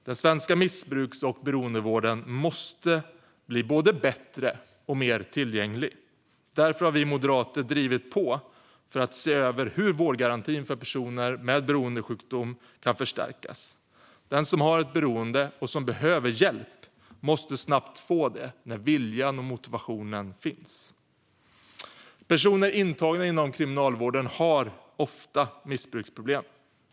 Den svenska missbruks och beroendevården måste bli både bättre och mer tillgänglig. Därför har vi moderater drivit på för att se över hur vårdgarantin för personer med beroendesjukdom kan förstärkas. Den som har ett beroende och som behöver hjälp måste snabbt få det när viljan och motivationen finns. Personer intagna inom kriminalvården har ofta missbruksproblem.